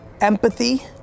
empathy